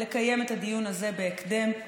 ולקיים את הדיון הזה בהקדם,